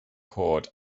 chord